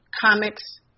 comics